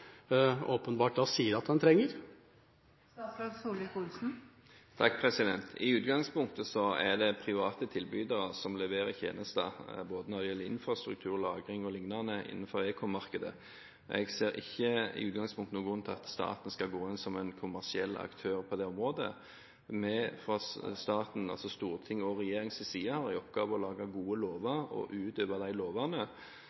åpenbart sier at en trenger? I utgangspunktet er det private tilbydere som leverer tjenester, både når det gjelder infrastruktur, lagring o.l., innenfor Ekom-markedet. Jeg ser ikke i utgangspunktet noen grunn til at staten skal gå inn som en kommersiell aktør på det området. Vi fra statens side – altså Stortingets og regjeringens side – har i oppgave å lage gode